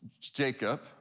Jacob